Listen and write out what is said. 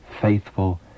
faithful